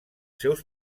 seus